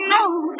No